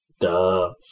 duh